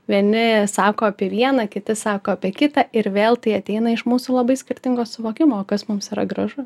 vieni sako apie vieną kiti sako apie kitą ir vėl tai ateina iš mūsų labai skirtingo suvokimo kas mums yra gražu